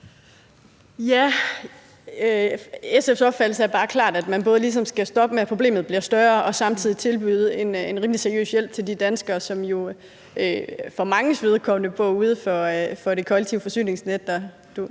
SF's opfattelse er bare klart, at man simpelt hen skal sørge for, at problemet ikke bliver større, og samtidig tilbyde en rimelig seriøs hjælp til de danskere, som jo for manges vedkommende bor uden for det kollektive forsyningsnet.